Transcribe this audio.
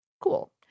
Cool